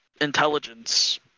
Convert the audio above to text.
intelligence